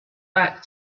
back